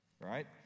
right